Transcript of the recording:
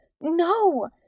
No